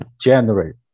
generate